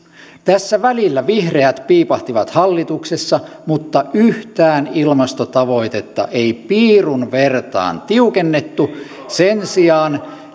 tässä välillä vihreät piipahtivat hallituksessa mutta yhtään ilmastotavoitetta ei piirun vertaa tiukennettu sen sijaan